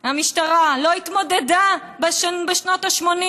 ויגיד לכם: המשטרה לא התמודדה בשנות ה-80